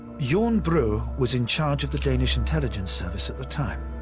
jorn bro was in charge of the danish intelligence service at the time.